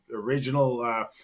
original –